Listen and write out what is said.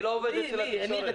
אני לא עובד אצל התקשורת.